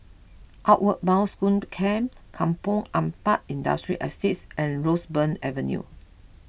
Outward Bound School Camp Kampong Ampat Industrial Estate and Roseburn Avenue